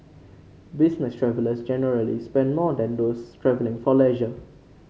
business travellers generally spend more than those travelling for leisure